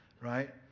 right